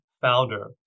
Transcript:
Founder